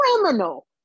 criminal